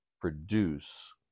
produce